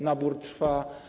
Nabór trwa.